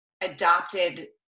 adopted